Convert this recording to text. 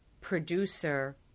producer